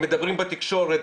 הם מדברים בתקשורת,